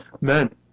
men